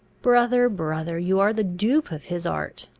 brother, brother, you are the dupe of his art.